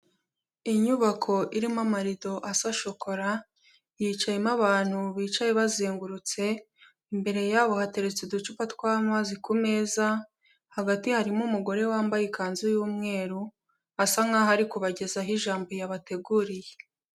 Inyubako irimo amarido asa shokora, yicayemo abantu bicaye bazengurutse, imbere yabo hateretse uducupa tw'amazi ku meza, hagati harimo umugore wambaye ikanzu y'umweru asa nk'aho ari kubagezaho ijambo yabateguriye.